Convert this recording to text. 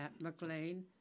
McLean